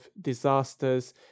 disasters